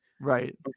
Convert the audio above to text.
right